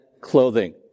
clothing